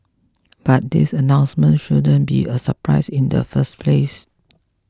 but this announcement shouldn't be a surprise in the first place